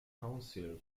council